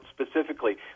specifically